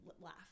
laugh